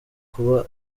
kuba